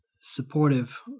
supportive